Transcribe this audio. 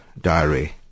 diary